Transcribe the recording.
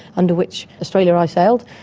under which australia i sailed.